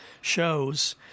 shows